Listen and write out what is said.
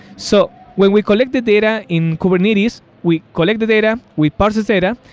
so when we collect the data in kubernetes, we collect the data, we parse this data,